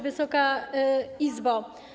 Wysoka Izbo!